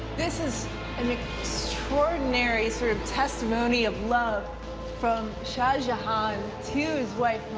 this is an extraordinary sort of testimony of love from shah jahan to his wife,